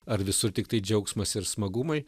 ar visur tiktai džiaugsmas ir smagumai